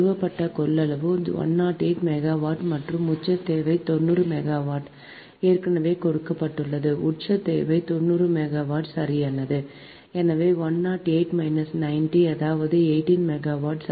நிறுவப்பட்ட கொள்ளளவு 108 மெகாவாட் மற்றும் உச்ச தேவை 90 மெகாவாட் ஏற்கனவே கொடுக்கப்பட்டுள்ளது உச்ச தேவை 90 மெகாவாட் சரியானது எனவே 108 90 அதாவது 18 மெகாவாட்